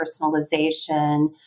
personalization